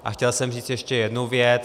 A chtěl jsem říct ještě jednu věc.